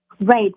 Right